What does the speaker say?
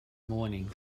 morning